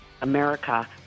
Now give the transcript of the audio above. America